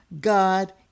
God